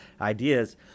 ideas